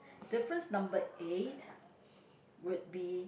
difference number eight would be